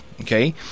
okay